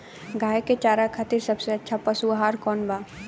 गाय के चारा खातिर सबसे अच्छा पशु आहार कौन बा?